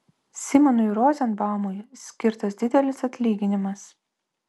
simonui rozenbaumui skirtas didelis atlyginimas